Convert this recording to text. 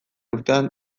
urtean